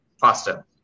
faster